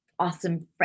awesome